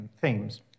themes